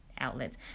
outlets